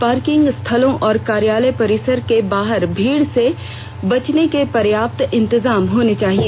parking स्थलों और कार्यालय परिसरों के बाहर भीड़ से बचने के पर्याप्त इंतजाम होने चाहिए